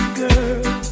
girl